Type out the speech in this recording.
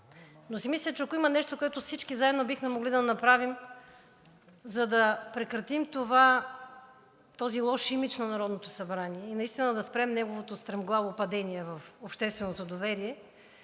Но си мисля, че ако има нещо, което всички заедно бихме могли да направим, за да прекратим този лош имидж на Народното събрание и наистина да спрем неговото стремглаво падение в общественото доверие,